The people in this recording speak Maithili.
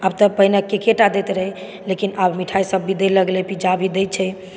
आब तऽ पहिने केकेटा दैत रहै लेकिन आब मिठाइ सभ भी दय लगलै पिज्जा भी दै छै